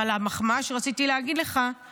אבל המחמאה שרציתי להגיד לך היא